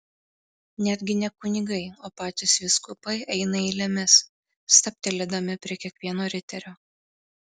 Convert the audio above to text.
netgi ne kunigai o patys vyskupai eina eilėmis stabtelėdami prie kiekvieno riterio